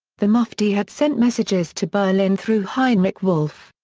the mufti had sent messages to berlin through heinrich wolf,